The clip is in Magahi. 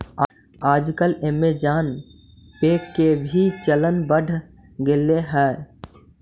आजकल ऐमज़ान पे के भी चलन बढ़ गेले हइ